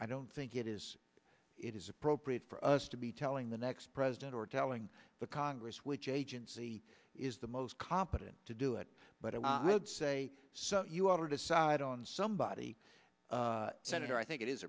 i don't think it is it is appropriate for us to be telling the next president or telling the congress which agency is the most competent to do it but i would say you ought to decide on somebody senator i think it is